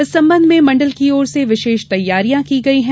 इस संबंध में मंडल की और से विशेष तैयारियां की गयी हैं